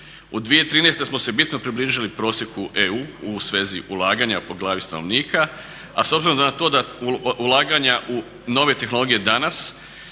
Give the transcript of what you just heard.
U 2013. smo se bitno približili prosjeku EU u svezi ulaganja po glavi stanovnika, a s obzirom na to da ulaganja u nove tehnologije danas